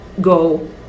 go